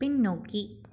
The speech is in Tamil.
பின்னோக்கி